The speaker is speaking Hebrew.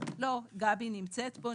גבי נמצאת פה,